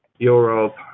Europe